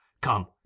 Come